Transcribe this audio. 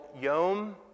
Yom